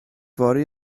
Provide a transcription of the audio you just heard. fory